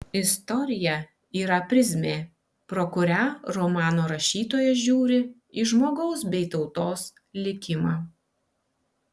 istorija yra prizmė pro kurią romano rašytojas žiūri į žmogaus bei tautos likimą